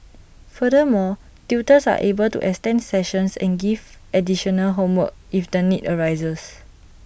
further more tutors are able to extend sessions and give additional homework if the need arises